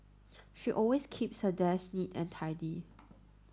she always keeps her desk neat and tidy